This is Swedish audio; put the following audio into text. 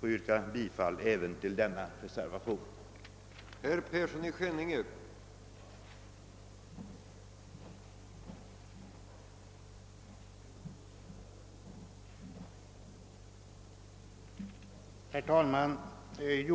få yrka bifall även till reservationen 2.